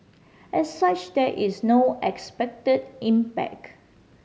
as such there is no expected impact